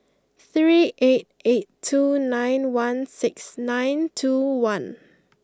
three eight eight two nine one six nine two one